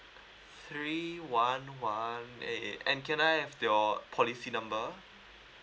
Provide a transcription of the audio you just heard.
three one one A and can I have your policy number